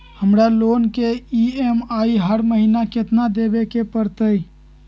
हमरा लोन के ई.एम.आई हर महिना केतना देबे के परतई?